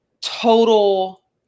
total